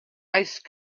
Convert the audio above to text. ice